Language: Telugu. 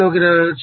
లోకి వ్రాయవచ్చు